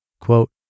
Quote